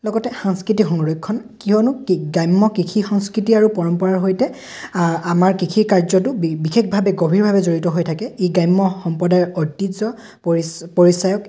লগতে সাংস্কৃতিক সংৰক্ষণ কিয়নো গ্ৰাম্য কৃষি সংস্কৃতি আৰু পৰম্পৰাৰ সৈতে আমাৰ কৃষি কাৰ্যটো বিশেষভাৱে গভীৰভাৱে জড়িত হৈ থাকে ই গ্ৰাম্য সম্প্ৰদায়ৰ ঐতিহ্য পৰিচায়ক